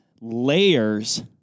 layers